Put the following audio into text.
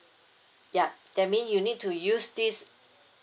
yup that mean you need to use this